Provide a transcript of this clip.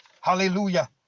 hallelujah